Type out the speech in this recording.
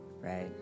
Right